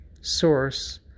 source